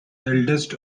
eldest